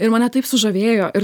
ir mane taip sužavėjo ir